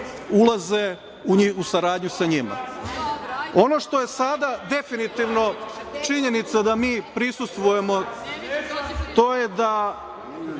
ulaze u saradnju sa njima. Ono što je sada definitivno činjenica da mi prisustvujemo, to je da